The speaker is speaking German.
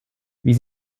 wie